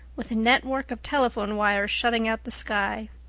with a network of telephone wires shutting out the sky,